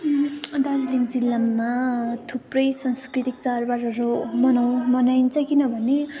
दार्जिलिङ जिल्लामा थुप्रै सांस्कृतिक चाडबाडहरू मनाउ मनाइन्छ किनभने